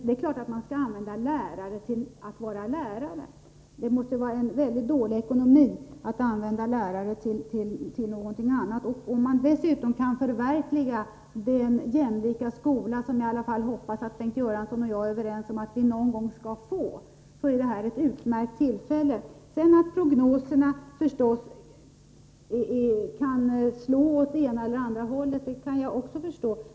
Det är klart att man skall låta lärare arbeta som lärare. Det måste vara dålig ekonomi att använda lärare till någonting annat. Om man dessutom kan förverkliga den jämlika skola som jag i alla fall hoppas att Bengt Göransson och jag är överens om att vi någon gång skall få, då är det här ett utmärkt tillfälle. Att prognoser kan slå åt det ena eller andra hållet kan jag också förstå.